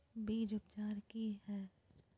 बीज उपचार कि हैय?